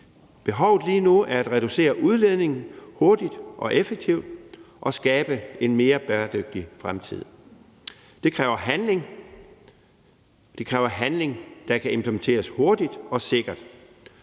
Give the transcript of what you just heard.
Behovet lige nu er at reducere udledningen hurtigt og effektivt og skabe en mere bæredygtig fremtid. Det kræver handling. Det kræver handling, der kan implementeres hurtigt og sikkert.